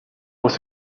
was